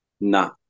Nah